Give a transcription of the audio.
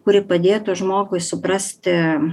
kuri padėtų žmogui suprasti